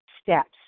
steps